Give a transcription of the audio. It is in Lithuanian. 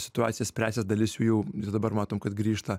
situacija spręsis dalis jų jau dabar matom kad grįžta